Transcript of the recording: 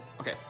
Okay